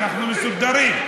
אנחנו מסודרים.